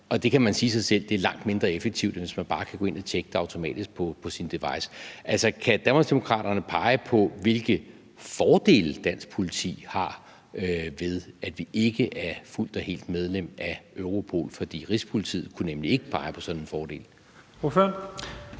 Og det kan man sige sig selv er langt mindre effektivt, end hvis man bare kan gå ind at tjekke det automatisk på sin device. Altså, kan Danmarksdemokraterne pege på, hvilke fordele dansk politi har af, at vi ikke er fuldt og helt medlem af Europol? For Rigspolitiet kunne nemlig ikke pege på sådan en fordel. Kl.